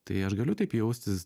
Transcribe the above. tai aš galiu taip jaustis